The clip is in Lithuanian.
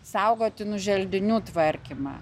saugotinų želdinių tvarkymą